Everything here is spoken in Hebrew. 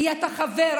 נהיית חבר,